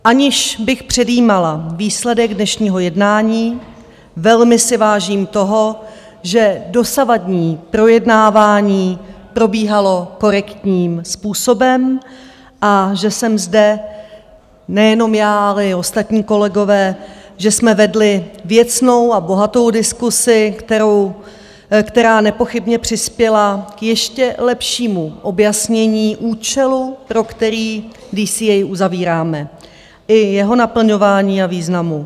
Aniž bych předjímala výsledek dnešního jednání, velmi si vážím toho, že dosavadní projednávání probíhalo korektním způsobem a že jsme zde nejenom já, ale i ostatní kolegové vedli věcnou a bohatou diskusi, která nepochybně přispěla k ještě lepšímu objasnění účelu, pro který DCA uzavíráme, i jeho naplňování a významu.